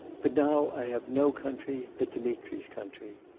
but now i have no country but dmitri's country.